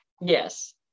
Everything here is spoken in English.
Yes